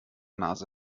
nase